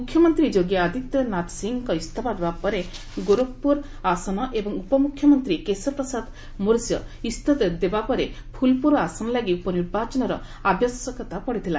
ମୁଖ୍ୟମନ୍ତ୍ରୀ ଯୋଗୀ ଆଦିତ୍ୟନାଥ ସିଂହ ଇସ୍ତଫା ଦେବା ପରେ ଗୋରଖପୁର ଆସନ ଏବଂ ଉପମୁଖ୍ୟମନ୍ତ୍ରୀ କେଶବ ପ୍ରସାଦ ମୌର୍ଯ୍ୟ ଇଞ୍ଚଫା ଦେବାପରେ ଫୁଲପୁର ଆସନ ଲାଗି ଉପନିର୍ବାଚନର ଆବଶ୍ୟକତା ପଡ଼ିଥିଲା